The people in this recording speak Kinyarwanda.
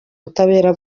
butabera